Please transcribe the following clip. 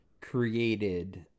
created